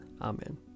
Amen